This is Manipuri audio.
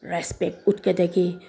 ꯔꯦꯁꯄꯦꯛ ꯎꯠꯀꯗꯒꯦ